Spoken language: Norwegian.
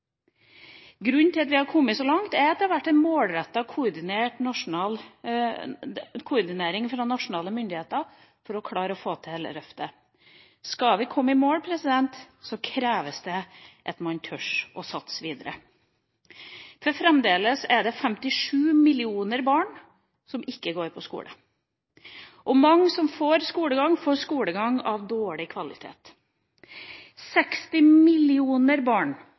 Grunnen til at vi har kommet så langt, er at det har vært en målrettet koordinering fra nasjonale myndigheter for å klare å få til dette løftet. Skal vi komme i mål, kreves det at man tør å satse videre. Fremdeles er det 57 millioner barn som ikke går på skole, og mange som får skolegang, får skolegang av dårlig kvalitet. 60 millioner barn